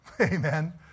Amen